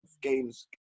games